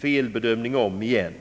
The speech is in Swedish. felbedömning om igen.